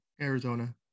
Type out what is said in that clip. arizona